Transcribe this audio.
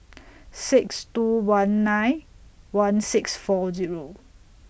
six two one nine one six four Zero